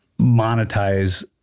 monetize